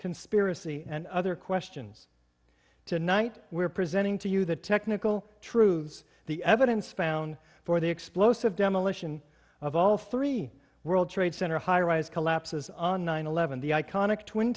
conspiracy and other questions tonight we're presenting to you the technical truths the evidence found for the explosive demolition of all three world trade center high rise collapses on nine eleven the iconic twin